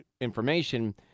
information